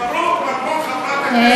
מברוכ, מברוכ חברת הכנסת שקד.